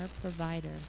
provider